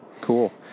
Cool